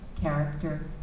character